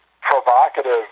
provocative